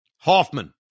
Hoffman